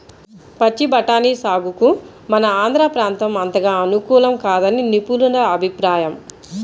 పచ్చి బఠానీ సాగుకు మన ఆంధ్ర ప్రాంతం అంతగా అనుకూలం కాదని నిపుణుల అభిప్రాయం